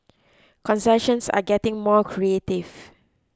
concessions are getting more creative